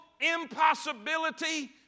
impossibility